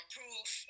proof